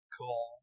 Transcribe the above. cool